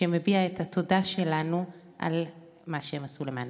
שמביע את התודה שלנו על מה שהם עשו למעננו.